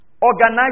Organize